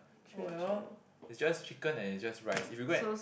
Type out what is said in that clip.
oh well is just chicken and is just rice if you go and